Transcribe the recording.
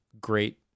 great